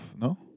no